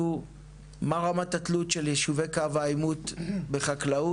מה רמת התלות של יישובי קו העימות בחקלאות?